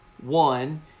one